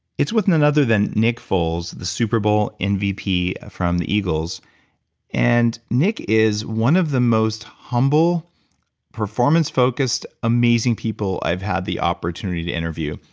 it's with none other than nick foles, the super bowl mvp from the eagles and nick is one of the most humble performance focused amazing people i've had the opportunity to interview.